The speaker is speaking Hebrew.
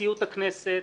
נשיאות הכנסת,